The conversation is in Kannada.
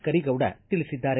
ಕರೀಗೌಡ ತಿಳಿಸಿದ್ದಾರೆ